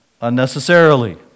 unnecessarily